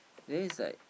then is like